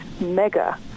mega